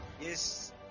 Yes